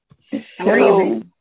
Hello